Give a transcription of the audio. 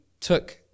took